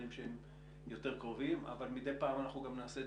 שהם יותר קרובים אבל מדי פעם אנחנו גם נעשה את